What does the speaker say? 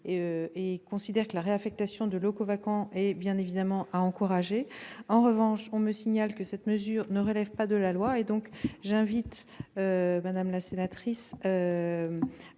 Il considère que la réaffectation de locaux vacants est bien évidemment à encourager. En revanche, on me signale que cette mesure ne relève pas de la loi. Je vous invite donc, madame la sénatrice,